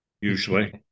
Usually